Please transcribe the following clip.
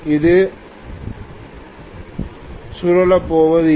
அது சுழலப் போவதில்லை